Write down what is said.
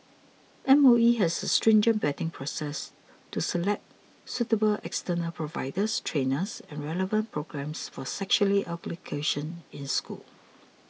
M O E has a stringent vetting process to select suitable external providers trainers and relevant programmes for sexuality ugly cation in schools